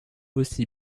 aussi